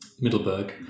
Middleburg